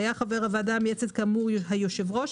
היה חבר הוועדה המייעצת כאמור היושב ראש,